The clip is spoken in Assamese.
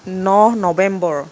ন নবেম্বৰ